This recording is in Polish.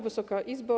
Wysoka Izbo!